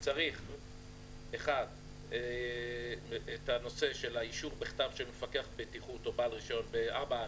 צריך את הנושא של האישור בכתב של מפקח בטיחות או בעל רישיון ב-4(א)